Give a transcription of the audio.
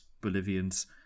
Bolivians